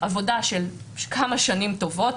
עבודה של כמה שנים טובות,